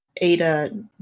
Ada